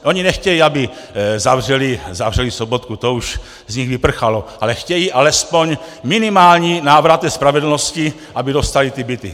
Oni nechtějí, aby zavřeli Sobotku, to už z nich vyprchalo, ale chtějí alespoň minimální návrat spravedlnosti, aby dostali ty byty.